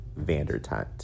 Vandertunt